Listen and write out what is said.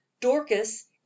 dorcas